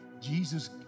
Jesus